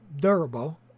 durable